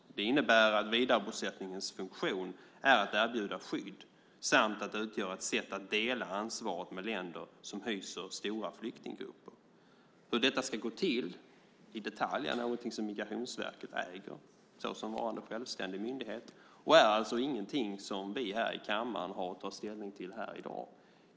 Det innebär att vidarebosättningens funktion är att erbjuda skydd samt utgöra ett sätt att dela ansvaret med länder som hyser stora flyktinggrupper. Hur detta ska gå till i detalj är någonting som Migrationsverket äger såsom varande självständig myndighet och är alltså ingenting som vi i kammaren har att ta ställning till här i dag.